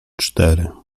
cztery